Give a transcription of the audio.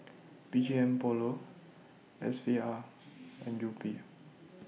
B G M Polo S V R and Yupi